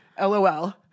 lol